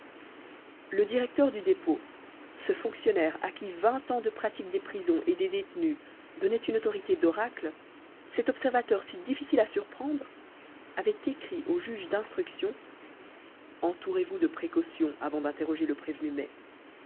le directeur du dépôt ce fonctionnaire à qui vingt ans de pratique des prisons et des détenus donnaient une autorité d'oracle cet observateur si difficile à surprendre avait écrit au juge d'instruction entourez vous de précautions avant d'interroger le prévenu mai